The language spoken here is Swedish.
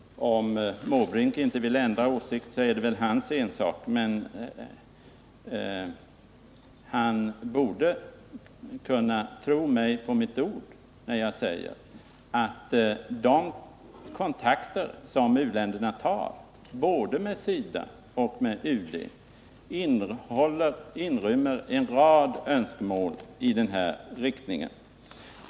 Om Bertil Måbrink inte vill ändra åsikt är det hans ensak, men han borde kunna tro mig på mitt ord när jag säger att de kontakter som u-länderna tar med såväl SIDA som UD inrymmer en rad önskemål i den riktningen.